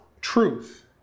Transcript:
truth